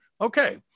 Okay